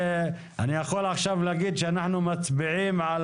אני יכול עכשיו להגיד שאנחנו מצביעים על